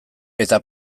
eta